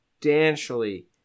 substantially